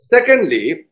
Secondly